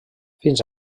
fins